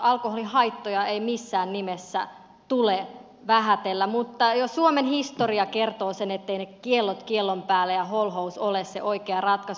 alkoholin haittoja ei missään nimessä tule vähätellä mutta jo suomen historia kertoo sen etteivät ne kiellot kiellon päälle ja holhous ole se oikea ratkaisu